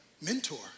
mentor